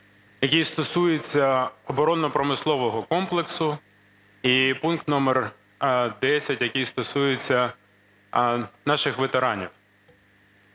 який стосується оборонно-промислового комплексу, і пункт номер 10, який стосується наших ветеранів.